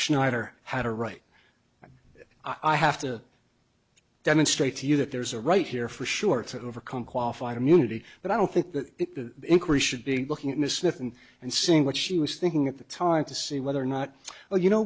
schneider had a right i have to demonstrate to you that there's a right here for sure to overcome qualified immunity but i don't think that the increase should be looking at miss smith and and seeing what she was thinking at the time to see whether or not oh you know